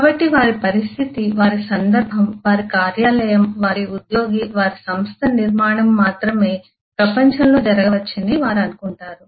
కాబట్టి వారి పరిస్థితి వారి సందర్భం వారి కార్యాలయం వారి ఉద్యోగి వారి సంస్థ నిర్మాణం మాత్రమే ప్రపంచంలో జరగవచ్చని వారు అనుకుంటారు